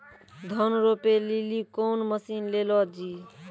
धान रोपे लिली कौन मसीन ले लो जी?